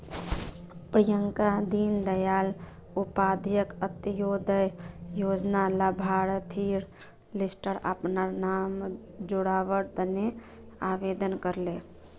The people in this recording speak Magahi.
प्रियंका दीन दयाल उपाध्याय अंत्योदय योजनार लाभार्थिर लिस्टट अपनार नाम जोरावर तने आवेदन करले